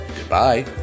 Goodbye